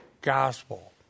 gospel